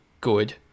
good